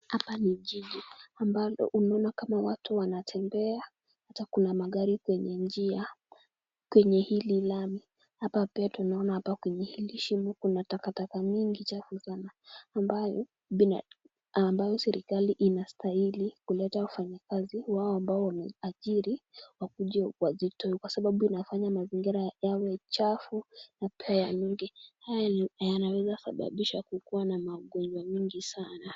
Hapa ni jibu ambalo unaona kama watu wanatembea. Hata kuna magari kwenye njia, kwenye hili lami hapa pia tunaona kwenye hili shimo kuna takataka nyingi chafu sana ambayo serikali inastahili kuleta wafanyi kazi wao ambao wameajiri wakuje wazitoe kwa sababu zinafanya mazingira yawe chafu na pia yanuke . Haya yanaweza sababisha kukuwe na magonjwa mingi sana,